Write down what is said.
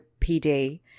pd